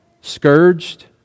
scourged